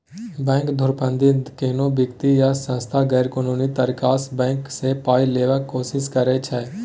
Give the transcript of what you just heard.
bank धुरफंदीमे कोनो बेकती या सँस्था गैरकानूनी तरीकासँ बैंक सँ पाइ लेबाक कोशिश करै छै